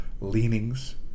leanings